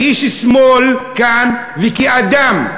כאיש שמאל כאן וכאדם,